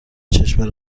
چشم